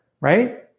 right